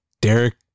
Derek